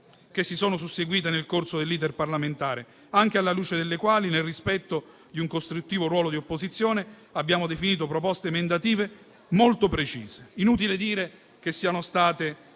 che si sono susseguite nel corso dell'*iter* parlamentare, anche alla luce delle quali, nel rispetto di un costruttivo ruolo di opposizione, abbiamo definito proposte emendative molto precise. Inutile dire che siano state